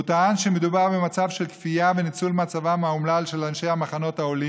הוא טען שמדובר במצב של כפייה וניצול מצבם האומלל של אנשי מחנות העולים,